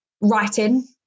writing